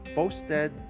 posted